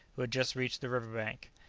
who had just reached the river-bank.